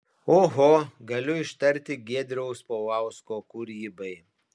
oho galiu ištarti giedriaus paulausko kūrybai